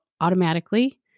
automatically